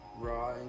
raw